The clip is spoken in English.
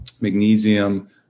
magnesium